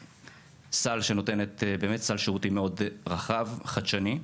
הסל שניתן הוא באמת סל שירותים מאוד רחב וחדשני.